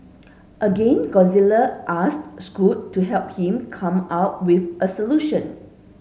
again Gonzalez asked Scoot to help him come up with a solution